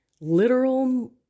literal